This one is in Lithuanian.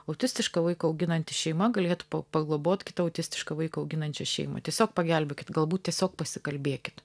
autistišką vaiką auginanti šeima galėtų paglobot kitą autistišką vaiką auginančią šeimą tiesiog pagelbėkit galbūt tiesiog pasikalbėkit